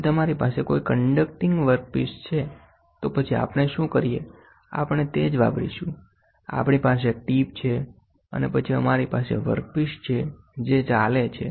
જો તમારી પાસે કોઇ કંડક્ટિંગ વર્કપીસ છે તો પછી આપણે શું કરીએ આપણે તે જ વાપરીશું આપણી પાસે એક ટીપ છે અને પછી અમારી પાસે વર્કપીસ છે જે ચાલે છે